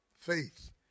faith